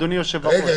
אדוני היושב-ראש,